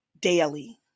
daily